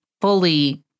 fully